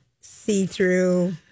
see-through